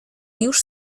już